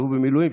אלוף במילואים,